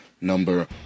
number